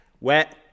wet